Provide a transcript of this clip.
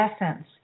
essence